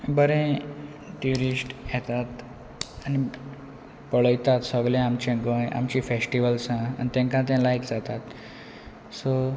बरे ट्युरिस्ट येतात आनी पळयतात सगळें आमचे गोंय आमचे फेस्टिवल्स आनी तेंकां तें लायक जातात सो